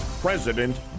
president